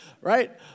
right